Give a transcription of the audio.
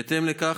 בהתאם לכך,